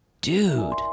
Dude